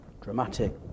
dramatic